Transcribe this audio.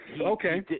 Okay